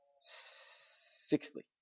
sixthly